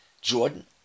Jordan